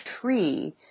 tree